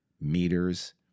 meters